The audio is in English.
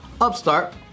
Upstart